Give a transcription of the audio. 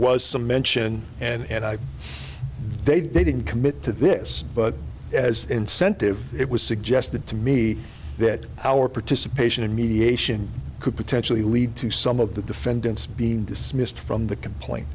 was some mention and i they they didn't commit to this but as an incentive it was suggested to me that our participation in mediation could potentially lead to some of the defendants being dismissed from the complaint